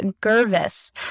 Gervis